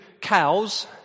cows